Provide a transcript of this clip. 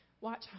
Watch